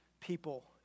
people